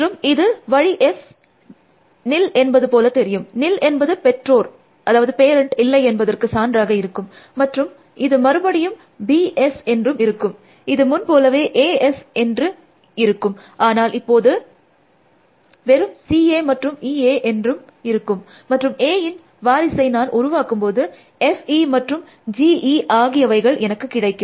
மற்றும் எனது வழி S nil என்பது போல தெரியும் nil என்பது பெற்றோர் இல்லை என்பதற்கு சான்றாக இருக்கும் மற்றும் இது மறுபடியும் B S என்று இருக்கும் இது முன் போலவே A S என்று இருக்கும் ஆனால் இது இப்போது வெறும் C A மற்றும் E A என்று இருக்கும் மற்றும் Aயின் வாரிசை நான் உருவாக்கும்போது F E மற்றும் G E ஆகியவைகள் எனக்கு கிடைக்கும்